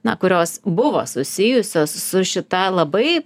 na kurios buvo susijusios su šita labai